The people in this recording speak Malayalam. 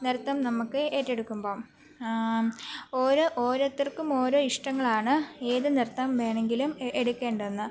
നൃത്തം നമുക്ക് ഏറ്റെടുക്കുമ്പം ഓരോ ഓരോത്തർക്കും ഓരോ ഇഷ്ടങ്ങളാണ് ഏതു നൃത്തം വേണമെങ്കിലും എ എടുക്കേണ്ടെന്ന്